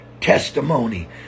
testimony